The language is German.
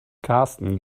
karsten